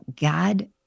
God